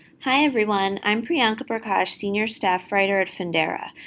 hi everyone, i'm priyanka prakash, senior staff writer at fundera.